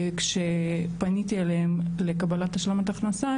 כשפניתי אליהם לקבלת השלמת הכנסה,